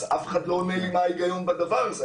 אז אף אחד לא עונה לי מה ההיגיון בדבר הזה.